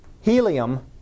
Helium